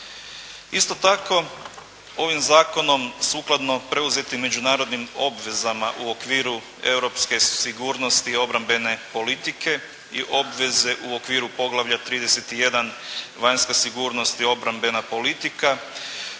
Isto tako ovim zakonom sukladno preuzetim međunarodnim obvezama u okviru europske sigurnosti i obrambene politike i obveze u okviru poglavlja 31. Vanjska sigurnost i obrambena politika,